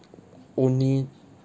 only